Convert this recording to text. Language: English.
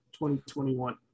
2021